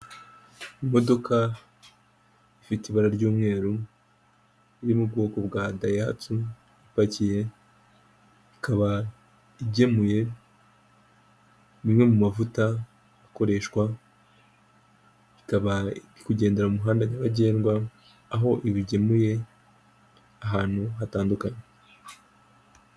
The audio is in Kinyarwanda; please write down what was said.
Imodoka ifite ibara ry'umweru iri mu bwoko bwa dayihatsu, ipakiye, ikaba igemuye amwe mu mavuta akoreshwa, ikaba iri kugendera mu muhanda nyabagendwa aho ibigemuye ahantu hatandukanye.